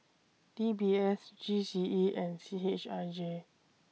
D B S G C E and C H I J